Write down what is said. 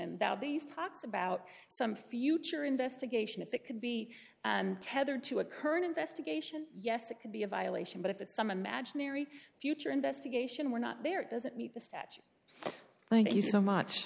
and that these talks about some future investigation if it could be tethered to a current investigation yes it could be a violation but if it's some imaginary future investigation we're not there it doesn't meet the statute thank you so much